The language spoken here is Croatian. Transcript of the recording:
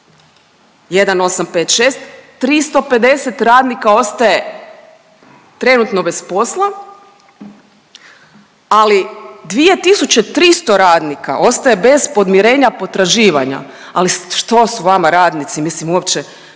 1856, 350 radnika ostaje trenutno bez posla, ali 2300 radnika ostaje bez podmirenja potraživanja, ali što s vama, radnici, mislim uopće